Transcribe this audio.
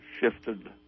shifted